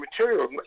material